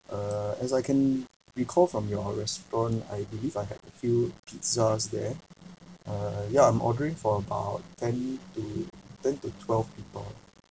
uh as I can recall from your restaurant I believe I had a few pizzas there uh ya I'm ordering for about ten to ten to twelve people